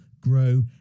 grow